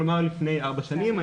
כלומר לפני ארבע שנים.